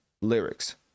lyrics